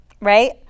right